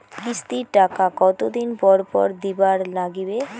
কিস্তির টাকা কতোদিন পর পর দিবার নাগিবে?